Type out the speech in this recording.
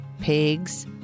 pigs